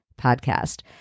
podcast